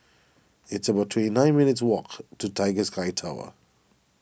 it's about twenty nine minutes' walk to Tiger Sky Tower